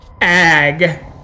Ag